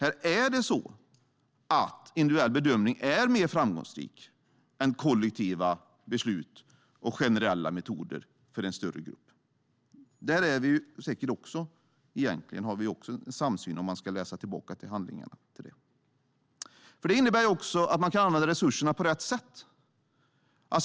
Individuell bedömning är mer framgångsrik än kollektiva beslut och generella metoder för en större grupp. Där har vi säkert också egentligen en samsyn, att döma av handlingarna. Sådan bedömning innebär också att man kan använda resurserna på rätt sätt.